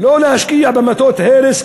ולא להשקיע במטות הרס,